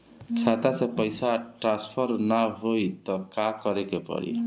खाता से पैसा टॉसफर ना होई त का करे के पड़ी?